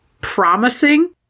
promising